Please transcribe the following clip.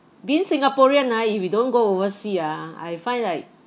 being singaporean ah if you don't go overseas ah I find like